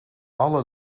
alle